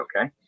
okay